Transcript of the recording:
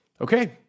Okay